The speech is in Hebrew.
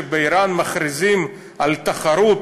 כשבאיראן מכריזים על תחרות,